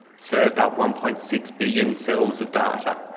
served up one point six billion cells of data.